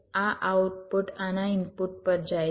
આ આઉટપુટ આના ઇનપુટ પર જાય છે